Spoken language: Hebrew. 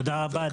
תודה רבה,